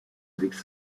avec